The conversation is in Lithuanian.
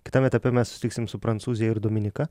kitam etape mes susitiksim su prancūzija ir dominika